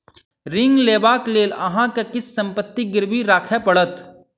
ऋण लेबाक लेल अहाँ के किछ संपत्ति गिरवी राखअ पड़त